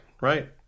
right